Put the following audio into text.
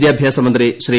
വിദ്യാഭ്യാസ മന്ത്രി ശ്രീ